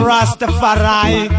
Rastafari